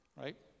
right